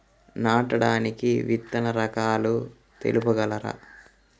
నాటడానికి విత్తన రకాలు తెలుపగలరు?